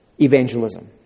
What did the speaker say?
evangelism